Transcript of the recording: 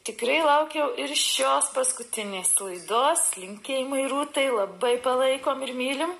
tikrai laukiau ir šios paskutinės laidos linkėjimai rūtai labai palaikom ir mylim